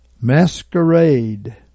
Masquerade